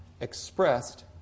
expressed